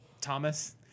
Thomas